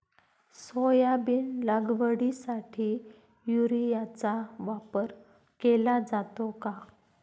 Soybean लागवडीसाठी युरियाचा वापर केला जातो का?